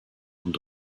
und